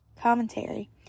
commentary